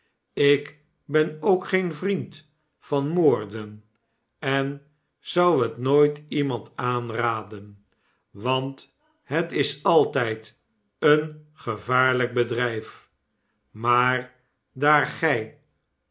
ik ben ook geen vriend van moorden en zou het nooit iemand aanraden want het is altijd een gevaarlijk bedrijf maar daar gij